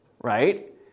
Right